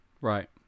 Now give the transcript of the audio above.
Right